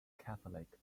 catholic